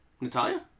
Natalia